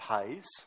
pays